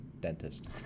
dentist